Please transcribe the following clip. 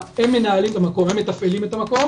הם מנהלים את המקום